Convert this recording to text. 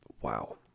wow